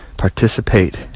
participate